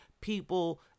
people